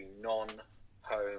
non-home